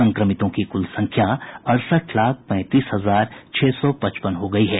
संक्रमितों की कुल संख्या अड़सठ लाख पैंतीस हजार छह सौ पचपन हो गयी है